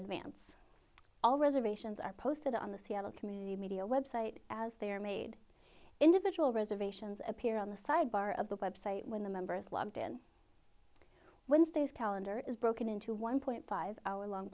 advance all reservations are posted on the seattle community media website as they are made individual reservations appear on the sidebar of the website when the members logged in wednesday's calendar is broken into one point five hour long